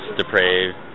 depraved